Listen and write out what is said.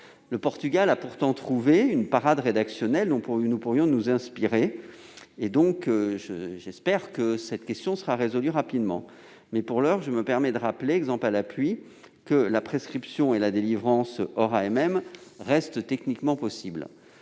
Le Portugal a pourtant trouvé une parade rédactionnelle dont nous pourrions nous inspirer. J'espère que cette question sera résolue rapidement, mais, pour l'heure, je me permets de rappeler, exemples à l'appui, que la prescription et la délivrance hors AMM restent techniquement possibles.